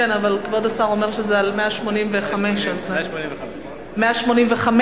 כבוד השר אומר שזה 185. 185. 185?